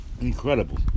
incredible